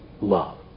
love